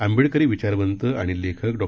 आंबेडकरी विचारवंत आणि लेखक डॉ